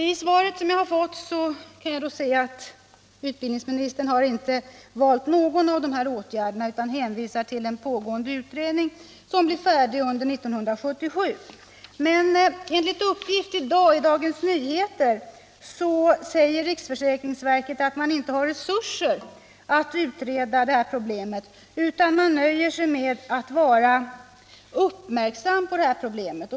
I svaret som jag har fått har utbildningsministern inte valt någon av de här åtgärderna utan hänvisar till en pågående utredning, som blir färdig under 1977. Men enligt uppgift i dag i Dagens Nyheter säger riksförsäkringsverket att man inte har resurser att utreda det här problemet, utan man nöjer sig med att vara uppmärksam på det.